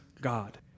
God